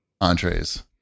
entrees